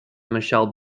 michelle